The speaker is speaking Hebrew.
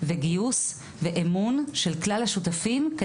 גיוס ואמון של כלל השותפים.